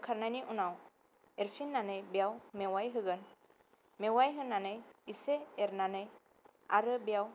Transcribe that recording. बोखारनायनि उनाव एरफिननानै बेयाव मेववाय होगोन मेववाय होनानै एसे एरनानै आरो बेयाव